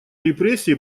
репрессии